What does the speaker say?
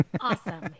Awesome